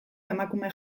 emakume